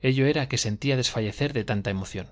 ello era que se sentía desfallecer de tanta emoción